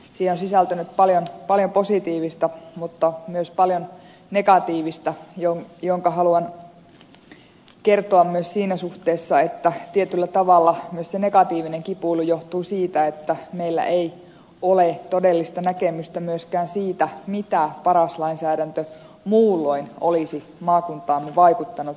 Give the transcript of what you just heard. siihen on sisältynyt paljon positiivista mutta myös paljon negatiivista jonka haluan kertoa myös siinä suhteessa että tietyllä tavalla myös se negatiivinen kipuilu johtuu siitä että meillä ei ole todellista näkemystä myöskään siitä mitä paras lainsäädäntö muulloin olisi maakuntaamme vaikuttanut